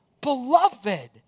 Beloved